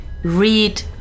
read